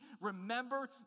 remember